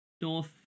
north